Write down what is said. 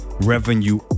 revenue